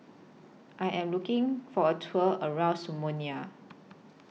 I Am looking For A Tour around Somalia